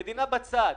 המדינה בצד.